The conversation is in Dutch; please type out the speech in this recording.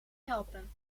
helpen